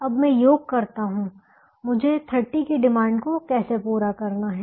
अब मैं योग करता हूं मुझे 30 की डिमांड को कैसे पूरा करना है